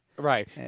Right